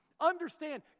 Understand